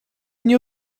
nie